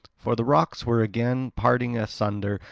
for the rocks were again parting asunder.